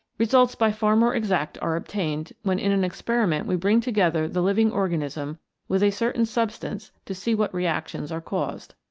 results by far more exact are obtained when in an experiment we bring together the living organism with a certain substance to see what reactions are caused.